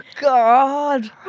God